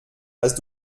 hast